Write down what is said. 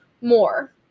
more